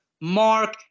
Mark